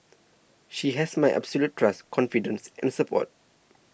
she has my absolute trust confidence and support